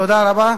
תודה רבה.